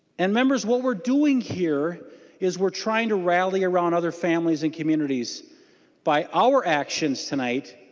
and members what we are doing here is we are trying to rally around other families and communities by our actions tonight